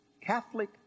Catholic